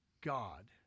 God